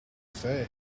say